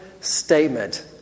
statement